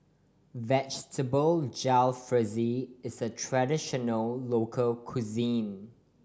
Vegetable Jalfrezi is a traditional local cuisine